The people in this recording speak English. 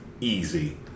easy